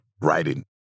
writing